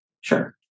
sure